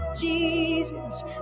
Jesus